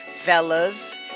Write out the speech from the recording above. fellas